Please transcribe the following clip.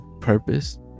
purpose